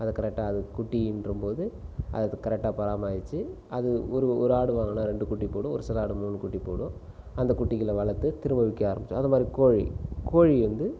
அதை கரெக்டாக அது கூட்டுகின்றம் போது அத கரெக்டா பராமரித்து அது ஒரு ஒரு ஆடு வாங்கினா ரெண்டு குட்டி போடும் ஒரு சில ஆடு மூணு குட்டி போடும் அந்த குட்டிகளை வளர்த்து திரும்ப விற்க ஆரம்பிக்குவோம் அதை மாதிரி கோழி கோழி வந்து